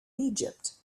egypt